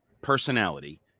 personality